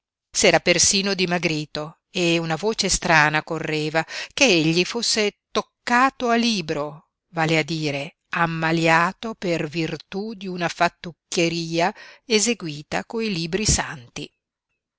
s'era persino dimagrito e una voce strana correva che egli fosse toccato a libro vale a dire ammaliato per virtú di una fattucchieria eseguita coi libri santi